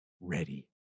ready